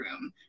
room